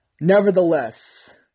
Nevertheless